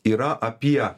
yra apie